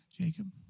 Jacob